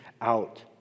out